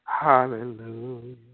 Hallelujah